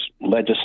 legislation